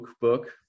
book